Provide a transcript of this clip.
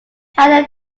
had